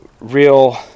real